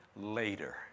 later